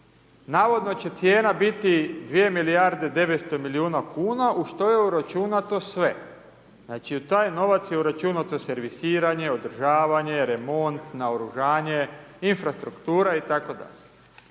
navodno će cijena biti 2 milijarde 900 milijuna kuna, u što je uračunato sve, znači u taj novac je uračunato servisiranje, održavanje, remont, naoružanje, infrastruktura i